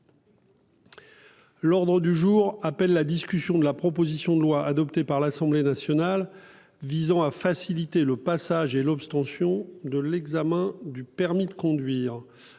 L'ordre du jour appelle la discussion de la proposition de loi, adoptée par l'Assemblée nationale, visant à faciliter le passage et l'obtention de l'examen du permis de conduire